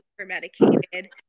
over-medicated